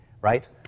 right